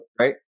right